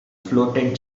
floated